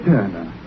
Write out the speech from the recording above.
Turner